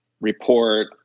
report